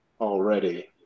already